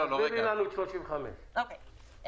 לא, תסבירי לנו את 35. אוקיי.